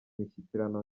mishyikirano